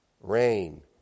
Rain